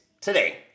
today